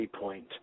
point